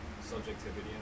subjectivity